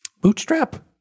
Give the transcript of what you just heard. Bootstrap